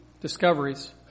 discoveries